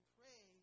pray